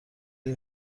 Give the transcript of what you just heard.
این